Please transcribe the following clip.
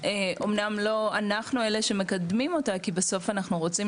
אמנם לא אנחנו אלה שמקדמים אותה כי בסוף אנחנו רוצים